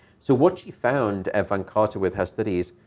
so what she found, evan carter, with her studies,